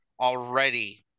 already